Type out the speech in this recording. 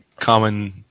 common